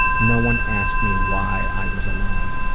no one asked me why i was alone.